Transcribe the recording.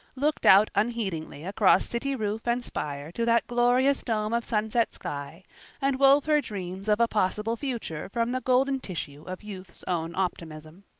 looked out unheedingly across city roof and spire to that glorious dome of sunset sky and wove her dreams of a possible future from the golden tissue of youth's own optimism.